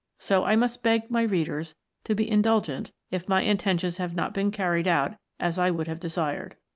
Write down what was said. so i must beg my readers to be indulgent if my intentions have not been carried out as i would have desired.